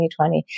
2020